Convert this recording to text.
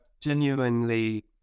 genuinely